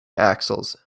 axles